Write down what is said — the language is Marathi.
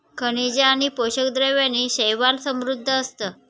खनिजे आणि पोषक द्रव्यांनी शैवाल समृद्ध असतं